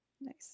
Nice